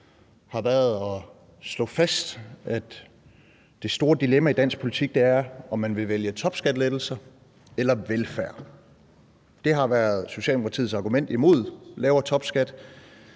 har været at slå fast, at det store dilemma i dansk politik er, om man vil vælge topskattelettelser eller velfærd. Det har været Socialdemokratiets argument imod lavere topskat,